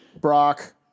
Brock